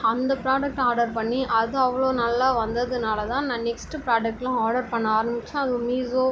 அந்த ப்ராடக்ட்டை ஆர்டர் பண்ணி அது அவ்வளோ நல்லா வந்ததுன்னால தான் நான் நெக்ஸ்ட்டு ப்ராடக்ட்லாம் ஆர்டர் பண்ண ஆரம்பிச்சேன் அதுவும் மீஷோ